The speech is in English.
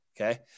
okay